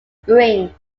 spring